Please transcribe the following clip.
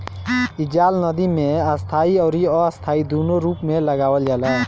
इ जाल नदी में स्थाई अउरी अस्थाई दूनो रूप में लगावल जाला